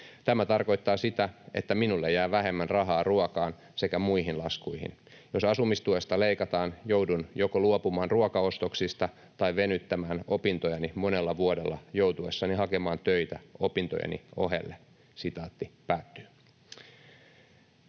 Tämä tarkoittaa sitä, että minulle jää vähemmän rahaa ruokaan sekä muihin laskuihin. Jos asumistuesta leikataan, joudun joko luopumaan ruokaostoksista tai venyttämään opintojani monella vuodella joutuessani hakemaan töitä opintojeni ohelle.” ”En voi enää